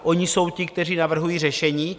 Oni jsou ti, kteří navrhují řešení.